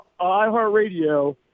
iHeartRadio